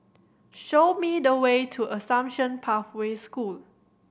show me the way to Assumption Pathway School